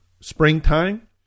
springtime